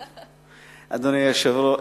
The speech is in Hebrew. לרשותך, אדוני, שלוש דקות.